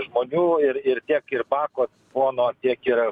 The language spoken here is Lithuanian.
žmonių ir ir tiek ir bako pono tiek ir